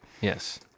Yes